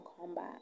combat